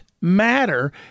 matter